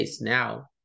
now